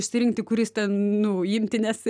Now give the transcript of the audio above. išsirinkti kuris ten nu imti nes